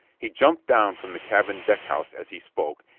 he jumped down from the cabin deckhouse as he spoke,